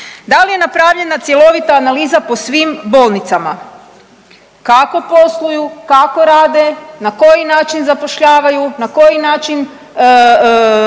Da li je napravljena cjelovita analiza po svim bolnicama, kako posluju, kako rade, na koji način zapošljavaju, na koji način